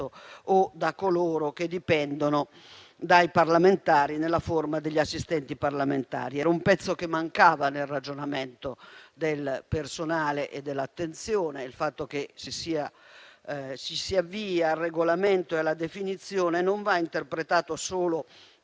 o da coloro che dipendono dai parlamentari nella forma degli assistenti parlamentari. Era un pezzo che mancava nel ragionamento del personale e dell'attenzione a questo tema. Il fatto che ci si avvii al regolamento e alla definizione non va interpretato solo